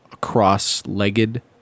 cross-legged